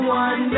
one